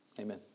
Amen